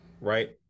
right